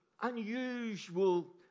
unusual